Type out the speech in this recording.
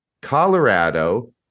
Colorado